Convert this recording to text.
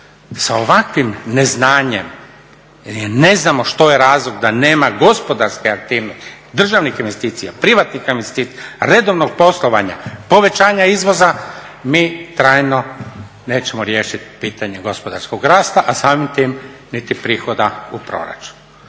sa ovakvim neznanjem jer ne znamo što je razlog da nema gospodarske aktivnosti, državnih investicija, privatnih investicija, redovnog poslovanja, povećanja izvoza, mi trajno nećemo riješit pitanje gospodarskog rasta, a samim tim niti prihoda u proračun.